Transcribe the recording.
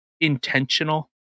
intentional